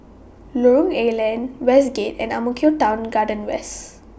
Lorong A Leng Westgate and Ang Mo Kio Town Garden West